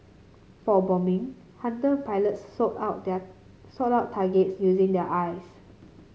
for bombing Hunter pilots sought out their sought out targets using their eyes